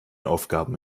aufgaben